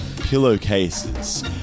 pillowcases